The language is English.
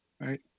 right